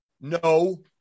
No